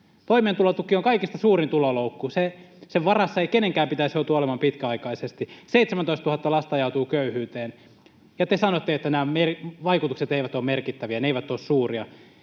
Toimeentulotuki on kaikista suurin tuloloukku. Sen varassa ei kenenkään pitäisi joutua olemaan pitkäaikaisesti. 17 000 lasta ajautuu köyhyyteen, ja te sanotte, että nämä vaikutukset eivät ole merkittäviä, ne eivät ole suuria.